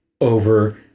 over